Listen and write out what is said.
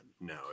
no